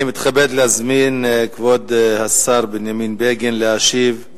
אני מתכבד להזמין את כבוד השר בנימין בגין להשיב על